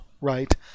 right